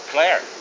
Claire